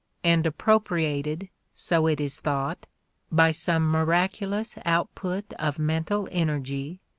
and appropriated so it is thought by some miraculous output of mental energy,